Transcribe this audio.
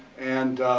and